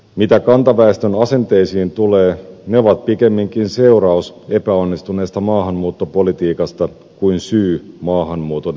mitä kantaväestön asenteisiin tulee ne ovat pikemminkin seuraus epäonnistuneesta maahanmuuttopolitiikasta kuin syy maahanmuuton epäonnistumiseen